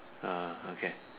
uh okay